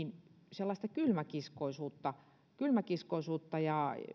sellaista kylmäkiskoisuutta kylmäkiskoisuutta ja näen